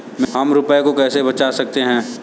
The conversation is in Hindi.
हम रुपये को कैसे बचा सकते हैं?